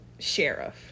sheriff